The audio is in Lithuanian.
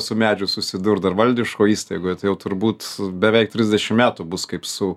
su medžiu susidurt dar valdiškoj įstaigoj tai jau turbūt beveik trisdešim metų bus kaip su